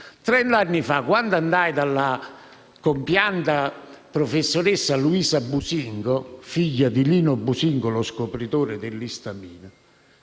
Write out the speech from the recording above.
Trent'anni fa andai dalla compianta professoressa Luisa Businco, figlia di Lino Businco, scopritore dell'istamina,